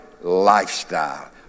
lifestyle